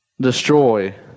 destroy